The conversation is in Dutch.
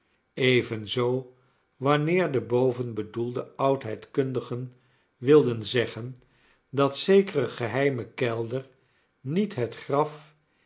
evenzoo wanneer de boven bedoelde oudheidkundigen wilden zeggen dat zekere geheime kelder niet het graf